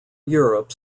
europe